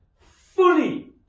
Fully